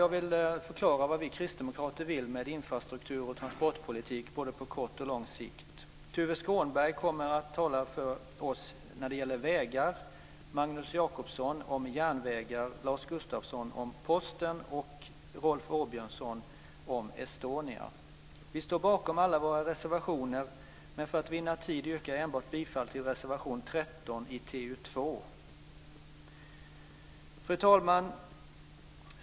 Jag vill förklara vad vi kristdemokrater vill med infrastruktur och transportpolitik både på kort och lång sikt. Tuve Skånberg kommer att tala för oss när det gäller vägar, Magnus Jakobsson när det gäller järnvägar, Lars Gustafsson när det gäller posten och Rolf Åbjörnsson när det gäller Estonia. Vi står bakom alla våra reservationer, men för att vinna tid yrkar jag bifall enbart till reservation 13 i Fru talman!